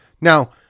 Now